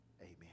Amen